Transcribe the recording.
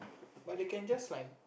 but they can just like